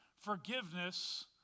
forgiveness